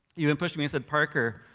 you've been pushing me, you said, parker,